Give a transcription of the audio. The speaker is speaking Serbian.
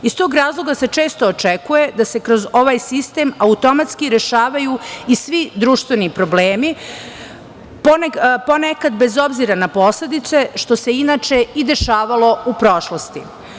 Iz tog razloga se često očekuje da se kroz ovaj sistem automatski rešavaju i svi društveni problemi ponekad bez obzira na posledice, što se inače i dešavalo u prošlosti.